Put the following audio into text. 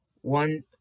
One